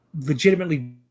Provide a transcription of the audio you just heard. Legitimately